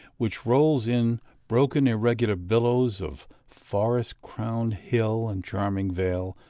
which rolls in broken, irregular billows of forest-crowned hill and charming vale,